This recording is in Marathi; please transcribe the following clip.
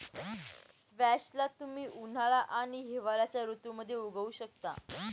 स्क्वॅश ला तुम्ही उन्हाळा आणि हिवाळ्याच्या ऋतूमध्ये उगवु शकता